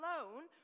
alone